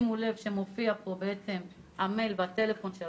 מופיעים פה המייל והטלפון,